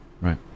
Right